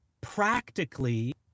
practically